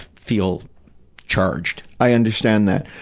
feel charged. i understand that.